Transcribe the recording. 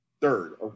third